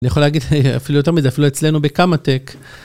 אני יכול להגיד אפילו יותר מזה, אפילו אצלנו בקמא-טק.